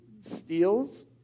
steals